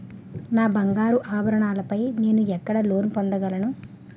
నా బంగారు ఆభరణాలపై నేను ఎక్కడ లోన్ పొందగలను?